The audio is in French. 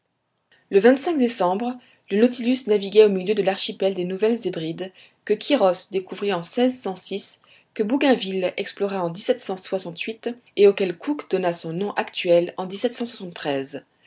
le décembre le nautilus naviguait au milieu de l'archipel des nouvelles hébrides que quiros découvrit en que bougainville explora en et auquel cook donna son nom actuel en